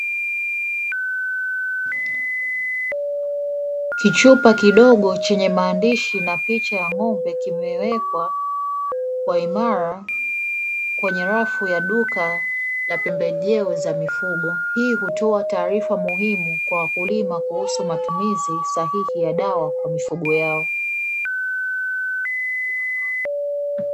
Kichupa kidogo chenye maandishi na picha ya ng'ombe kimewekwa kwa imara kwenye rafu ya duka ya pembejeo za mifugo, ili kutoa taarifa muhimu Kwa wakulima kuhusu matumizi sahihi ya dawa Kwa mifugo yao.